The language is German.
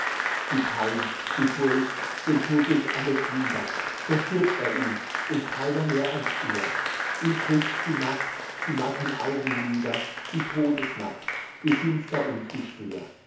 die pein die furcht den tod durch alle glieder so stirbt er ihn und keiner mehr als er ihm drückt die nacht die matten augenlieder die todesnacht wie finster und wie schwer